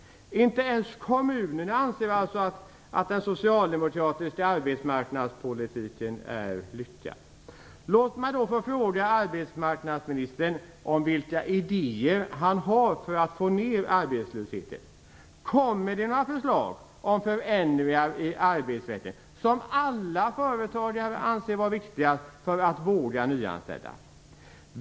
Inte ens kommunerna anser alltså att den socialdemokratiska arbetsmarknadspolitiken är lyckad. Låt mig fråga arbetsmarknadsministern vilka idéer han har för att få ned arbetslösheten. Kommer det några förslag om förändringar i arbetsrätten vilket alla företagare anser vara det viktigaste för att de skall våga nyanställa?